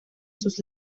sus